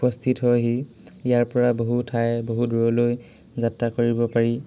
উপস্থিত হয়হি ইয়াৰ পৰা বহু ঠাই বহু দূৰলৈ যাত্ৰা কৰিব পাৰি